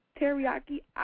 teriyaki